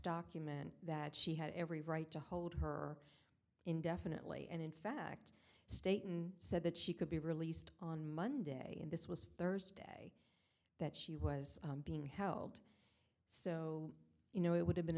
document that she had every right to hold her indefinitely and in fact stayton said that she could be released on monday and this was thursday that she was being held so you know it would have been